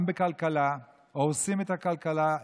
גם בכלכלה, הורסים את הכלכלה.